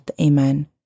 Amen